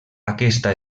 aquesta